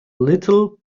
little